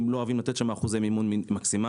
לא אוהבים לתת אחוזי מימון מקסימליים,